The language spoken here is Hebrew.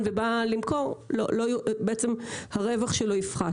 שבאה ממשפחות יחסית